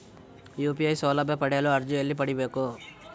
UPI ಸೌಲಭ್ಯ ಪಡೆಯಲು ಅರ್ಜಿ ಎಲ್ಲಿ ಪಡಿಬೇಕು?